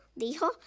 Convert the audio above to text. dijo